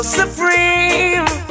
supreme